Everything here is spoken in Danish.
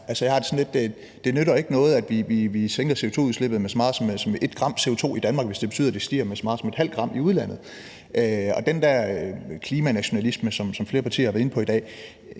det nytter noget, at vi nedbringer CO2-udslippet Danmark med bare 1 g CO2, hvis det betyder, at det stiger med f.eks. 0,5 g i udlandet. Den der klimanationalisme, som flere partier har været inde på i dag,